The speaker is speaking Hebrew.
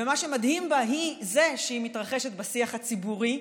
ומה שמדהים בה הוא שהיא מתרחשת בשיח הציבורי.